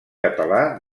català